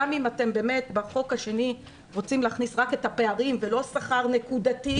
גם אם אתם בחוק השני רוצים להכניס רק את הפערים ולא שכר נקודתי,